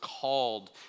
called